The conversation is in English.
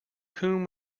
whom